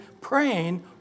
praying